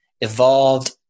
evolved